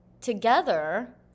Together